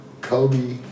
Kobe